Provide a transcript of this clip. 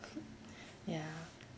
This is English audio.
ya